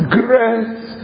grace